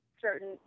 certain –